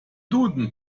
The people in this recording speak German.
duden